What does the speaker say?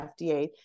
FDA